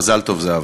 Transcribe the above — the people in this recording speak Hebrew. מזל טוב, זהבה.